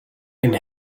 and